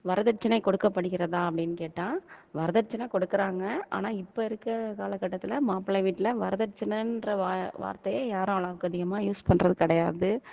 வரதட்சணை கொடுக்கப்படுகிறதா அப்படின்னு கேட்டால் வரதட்சணை கொடுக்கிறாங்க ஆனால் இப்போ இருக்கிற கால கட்டத்தில் மாப்பிள்ளை வீட்டில் வரதட்சணைன்ற வா வார்தையே யாரும் அளவுக்கு அதிகமாக யூஸ் பண்ணுறது கிடையாது